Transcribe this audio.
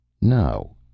No